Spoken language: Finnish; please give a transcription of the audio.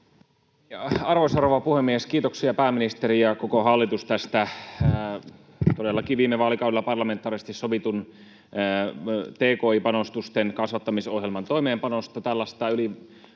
Arvoisa rouva puhemies! Kiitoksia, pääministeri ja koko hallitus, tästä todellakin viime vaalikaudella parlamentaarisesti sovitun tki-panostusten kasvattamisohjelman toimeenpanosta. Tällaista